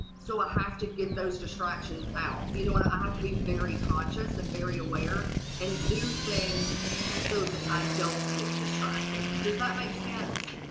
so i have to get those distractions out you know and i have to be very conscious and very aware and do things so that i don't get distracted. does that make sense?